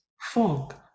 fog